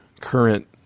current